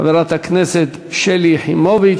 של חברי הכנסת שלי יחימוביץ,